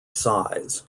size